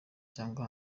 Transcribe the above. cyangwa